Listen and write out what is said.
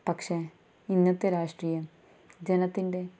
പക്ഷേ ഇന്നത്തെ രാഷ്ട്രീയം ജനത്തിൻ്റെ